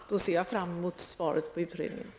Herr talman! Då ser jag fram emot resultatet av utredningen.